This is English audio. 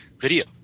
video